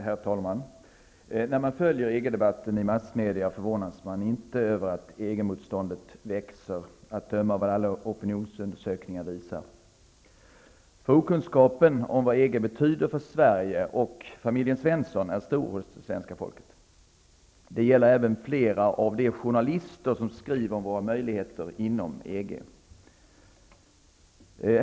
Herr talman! När man följer EG-debatten i massmedia förvånas man inte över att EG motståndet växer, att döma av alla opinionsundersökningar. För okunskapen om vad EG betyder för Sverige och familjen Svensson är stor hos det svenska folket. Det gäller även flera av de journalister som skriver om våra möjligheter inom EG.